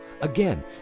Again